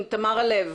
תמרה לב,